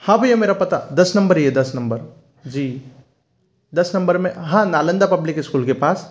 हाँ भैया मेरा पता दस नंबर ही हैं दस नंबर जी दस नंबर में हाँ नालंदा पब्लिक स्कूल के पास